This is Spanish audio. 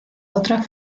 otra